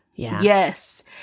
Yes